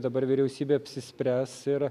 dabar vyriausybė apsispręs ir